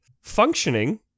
functioning